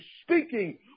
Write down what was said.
speaking